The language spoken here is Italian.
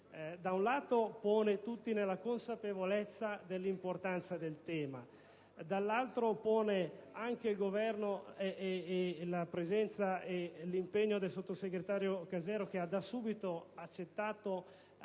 da un lato, pone tutti nella consapevolezza dell'importanza del tema; dall'altro, pone anche il Governo - come dimostra la presenza e l'impegno del sottosegretario Casero, che ha da subito accettato